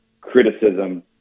criticism